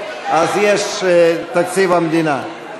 אז יש תקציב המדינה.